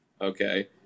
Okay